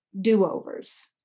do-overs